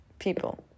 people